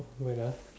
wait ah